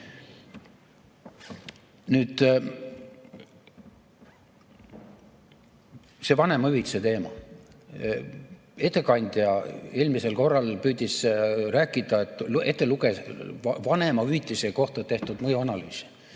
Nüüd see vanemahüvitise teema. Ettekandja eelmisel korral püüdis rääkida, luges ette vanemahüvitise kohta tehtud mõjuanalüüsi.